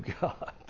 God